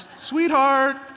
sweetheart